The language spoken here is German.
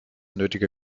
nötige